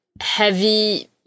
heavy